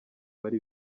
bari